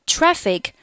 Traffic